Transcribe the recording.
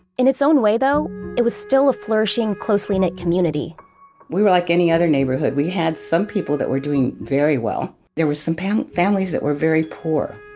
in its own way though it was still a flourishing closely knit community we were like any other neighborhood. we had some people that were doing very well. there was some um families that were very poor.